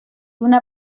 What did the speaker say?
una